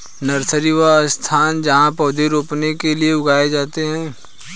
nursery, वह स्थान जहाँ पौधे रोपने के लिए उगाए जाते हैं